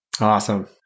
Awesome